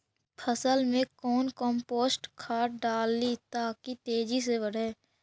फसल मे कौन कम्पोस्ट खाद डाली ताकि तेजी से बदे?